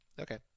Okay